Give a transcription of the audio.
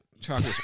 Chocolate